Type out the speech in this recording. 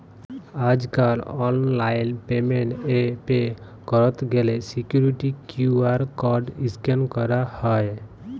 আজ কাল online payment এ পে ক্যরত গ্যালে সিকুইরিটি কিউ.আর কড স্ক্যান ক্যরা হ্য়